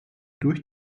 durch